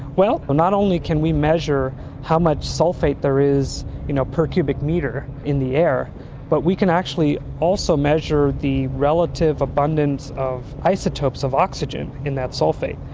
but not only can we measure how much sulphate there is you know per cubic metre in the air but we can actually also measure the relative abundance of isotopes of oxygen in that sulphate.